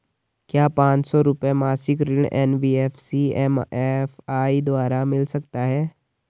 क्या पांच सौ रुपए मासिक ऋण एन.बी.एफ.सी एम.एफ.आई द्वारा मिल सकता है?